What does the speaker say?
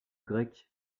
grec